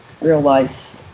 realize